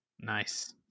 Nice